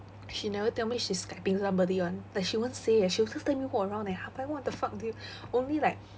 she never tell me she skyping somebody [one] like she won't say eh she also tell me walk around like what the fuck dude only like